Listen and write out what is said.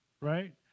Right